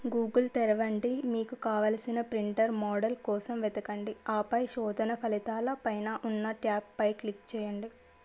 Google తెరవండి మీకు కావలసిన ప్రింటర్ మోడల్ కోసం వెతకండి ఆపై శోధన ఫలితాల పైన ఉన్న ట్యాబ్పై క్లిక్ చేయండి